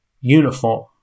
uniform